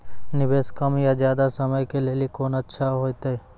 निवेश कम या ज्यादा समय के लेली कोंन अच्छा होइतै?